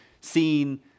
seen